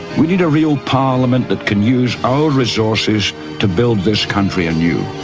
we need a real parliament that can use our resources to build this country anew.